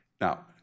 Now